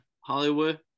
Hollywood